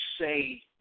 say